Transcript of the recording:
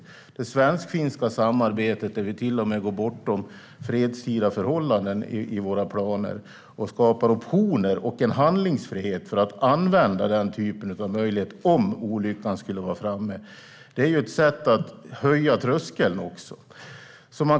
I det svensk-finska samarbetet går vi till och med bortom fredstida förhållanden i våra planer och skapar optioner och handlingsfrihet att använda den typen av möjlighet om olyckan skulle vara framme. Det är också ett sätt att höja tröskeln.